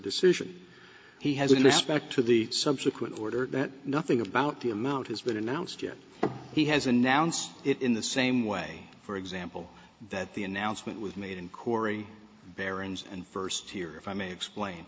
decision he has respect to the subsequent order that nothing about the amount has been announced yet he has announced it in the same way for example that the announcement was made in cory barron's and first here if i may explain